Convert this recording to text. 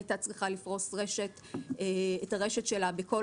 היא הייתה צריכה לפרוס את הרשת שלה בכל